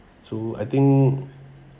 so I think